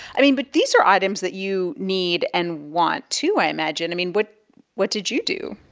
i mean, but these are items that you need and want too, i imagine. i mean, what what did you do?